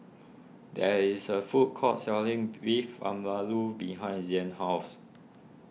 there is a food court selling Beef Vindaloo behind Zain's house